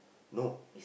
no